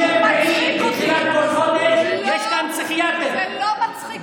זה לא מצחיק אותי.